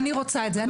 אני רוצה את זה.